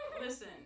Listen